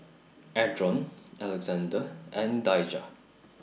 Adron Alexande and Daijah